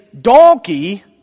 donkey